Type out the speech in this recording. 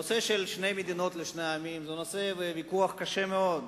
הנושא של שתי מדינות לשני עמים הוא נושא לוויכוח קשה מאוד.